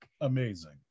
Amazing